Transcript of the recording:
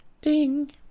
Ding